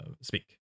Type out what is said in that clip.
speak